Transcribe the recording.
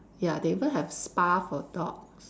ya they even have spa for dogs